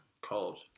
called